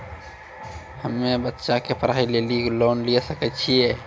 हम्मे बच्चा के पढ़ाई लेली लोन लिये सकय छियै?